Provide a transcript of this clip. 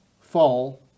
fall